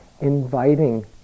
inviting